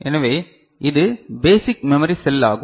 எனவே இது basic memory cell ஆகும்